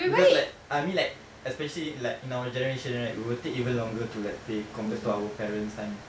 because like I mean like especially like in our generation right we will take even longer to like pay compared to our parents' time